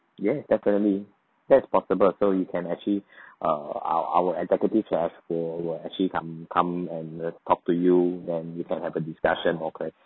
yes definitely that's possible so you can actually uh our our executive have will will actually come come and uh talk to you and you can have a discussion